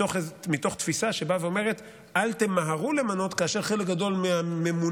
מתוך תפיסה שבאה ואומרת: אל תמהרו למנות כאשר חלק גדול מהממונים